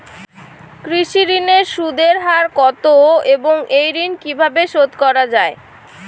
কৃষি ঋণের সুদের হার কত এবং এই ঋণ কীভাবে শোধ করা য়ায়?